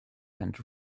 and